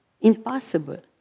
impossible